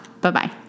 Bye-bye